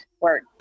work